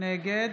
נגד